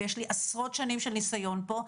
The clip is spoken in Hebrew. ויש לי עשרות שנים של ניסיון פה,